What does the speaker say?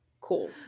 cool